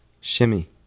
Shimmy